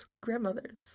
grandmothers